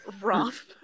Rough